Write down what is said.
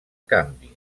canvi